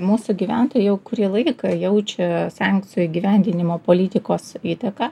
mūsų gyventojai jau kurį laiką jaučia sankcijų įgyvendinimo politikos įtaką